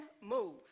move